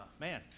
Man